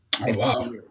Wow